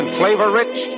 flavor-rich